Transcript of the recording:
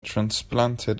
transplanted